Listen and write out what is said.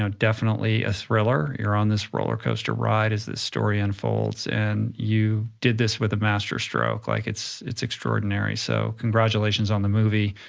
so definitely a thriller. you're on this rollercoaster ride as the story unfolds, and you did this with a masterstroke, like it's it's extraordinary. so congratulations on the movie,